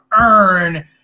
earn